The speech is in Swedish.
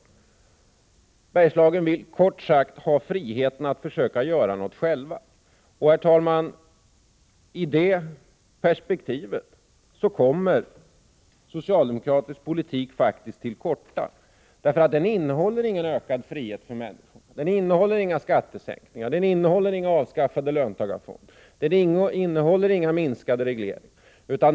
Människorna i Bergslagen vill kort sagt ha friheten att försöka göra någonting själva. I detta perspektiv, herr talman, kommer socialdemokratisk politik till korta. Den innehåller nämligen ingen ökad frihet för människorna, inga skattesänkningar, inga avskaffade löntagarfonder och inga minskade regleringar.